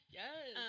yes